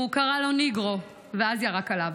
הוא קרא לו negro ואז ירק עליו.